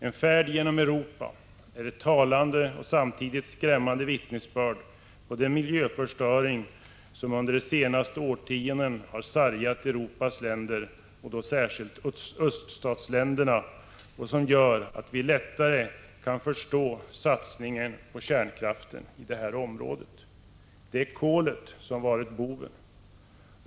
En färd genom Europa ger ett talande och samtidigt skrämmande vittnesbörd om den miljöförstöring som under de senaste årtiondena har sargat Europas länder och då särskilt östländerna, något som gör att vi lättare kan förstå satsningen på kärnkraften i det området. Det är kolet som varit boven.